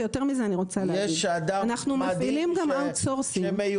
ויותר מזה אני רוצה להגיד: אנחנו מפעילים גם מיקור חוץ.